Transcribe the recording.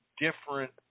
different